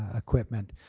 ah equipment,